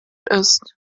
ist